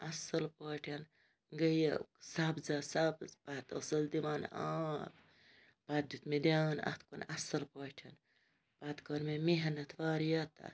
اَصٕل پٲٹھۍ گٔیہِ سَبزہ سَبٕز پَتہٕ ٲسٕس دِوان پَتہٕ دیُت مےٚ دیان اَتھ کُن اَصٕل پٲٹھۍ پَتہٕ کٔر مےٚ محنت واریاہ تَتھ